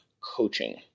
coaching